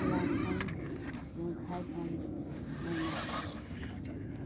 ꯈꯨꯜꯂꯥꯛꯐꯝ ꯌꯨꯝꯈꯥꯏꯐꯝ ꯃꯣꯏꯅꯥꯝ